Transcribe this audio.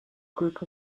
group